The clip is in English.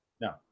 No